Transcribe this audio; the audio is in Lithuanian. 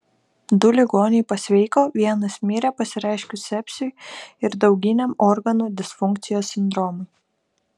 du ligoniai pasveiko vienas mirė pasireiškus sepsiui ir dauginiam organų disfunkcijos sindromui